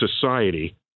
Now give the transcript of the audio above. society